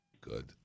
Good